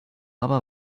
aber